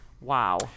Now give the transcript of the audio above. wow